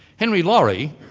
henry laurie,